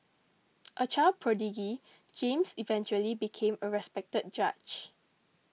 a child prodigy James eventually became a respected judge